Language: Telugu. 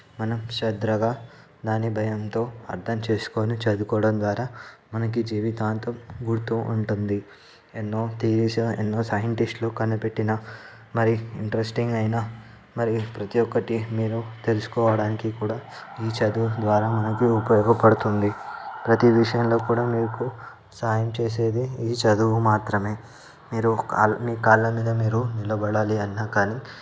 మనం శ్రద్ధగా దాన్ని భయంతో అర్థం చేసుకోని చదువుకోవడం ద్వారా మనకు జీవితాంతం గుర్తు ఉంటుంది ఎన్నో థియరీస్ ఎన్నో సైంటిస్టులు కనిపెట్టిన మరి ఇంట్రెస్టింగ్ అయిన మరియు ప్రతీ ఒకటి మీరు తెలుసుకోవడానికి కూడా ఈ చదువు ద్వారా మనకు ఉపయోగపడుతుంది ప్రతీ విషయంలో కూడా మీకు సాహాయం చేసేది ఈ చదువు మాత్రమే మీ కాళ్ళ మీద మీరు నిలబడాలి అన్నా కానీ